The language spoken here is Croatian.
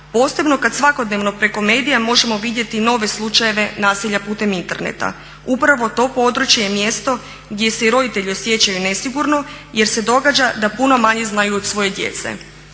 posebno kada svakodnevno preko medija možemo vidjeti nove slučajeve nasilja putem interneta. Upravo to područje je mjesto gdje se i roditelji osjećaju nesigurno jer se događa da puno manje znaju od svoje djece.